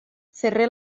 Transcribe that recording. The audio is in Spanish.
cerré